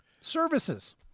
Services